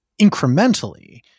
incrementally